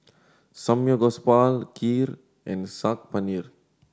Samgeyopsal Kheer and Saag Paneer